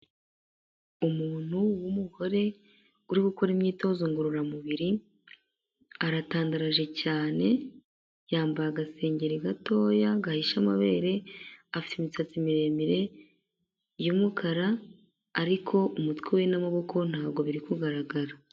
Umuntu w'umugore uri gukora imyitozo ngororamubiri, aratandaraje cyane, yambaye agasengeri gatoya gahishe amabere, afite imitsatsi miremire y'umukara, ariko umutwe we n'amaboko ntabwo biri kugaragara.